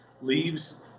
leaves